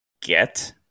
get